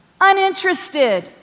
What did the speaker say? uninterested